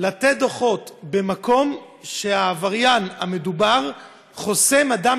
לתת דוחות במקום שהעבריין המדובר חוסם אדם